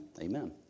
Amen